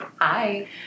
Hi